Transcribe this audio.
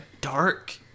dark